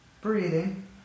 breathing